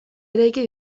eraiki